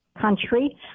country